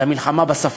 זה המלחמה בספק.